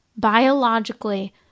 biologically